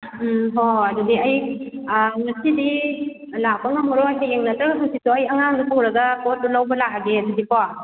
ꯎꯝ ꯍꯣ ꯍꯣ ꯍꯣꯏ ꯑꯗꯨꯗꯤ ꯑꯩ ꯉꯁꯤꯗꯤ ꯂꯥꯛꯄ ꯉꯝꯃꯔꯣꯏ ꯍꯌꯦꯡ ꯅꯠꯇ꯭ꯔꯒ ꯍꯥꯡꯆꯤꯠꯇꯣ ꯑꯩ ꯑꯉꯥꯡꯗꯣ ꯄꯨꯔꯒ ꯄꯣꯠꯇꯣ ꯂꯧꯕ ꯂꯥꯛꯑꯒꯦ ꯑꯗꯨꯗꯤꯀꯣ